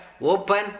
open